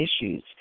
issues